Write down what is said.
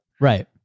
Right